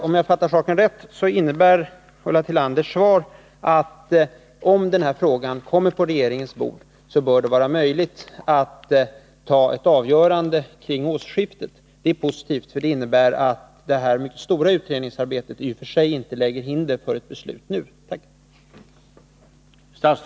Om jag fattat saken rätt innebär Ulla Tillanders svar att om den här frågan kommer på regeringens bord, bör det vara möjligt att ta ett avgörande kring årsskiftet. Det är positivt, för det innebär att det här mycket stora utredningsarbetet i och för sig inte.lägger hinder i vägen för ett beslut nu. Tack!